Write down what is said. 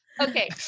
Okay